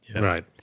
Right